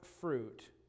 fruit